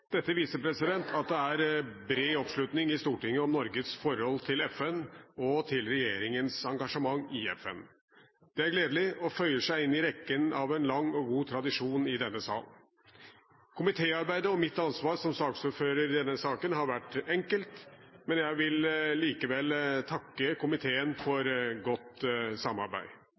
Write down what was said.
Dette viser at det er bred oppslutning i Stortinget om Norges forhold til FN og til regjeringens engasjement i FN. Det er gledelig, og det føyer seg inn i rekken av en lang og god tradisjon i denne sal. Komitéarbeidet og mitt ansvar som saksordfører i denne saken har vært enkelt, men jeg vil likevel takke komiteen for godt samarbeid.